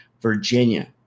Virginia